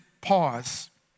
pause